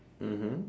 mmhmm